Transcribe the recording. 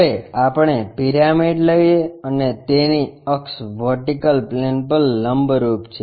હવે આપણે પિરામિડ લઈએ અને તેની અક્ષ વર્ટિકલ પ્લેન પર લંબરૂપ છે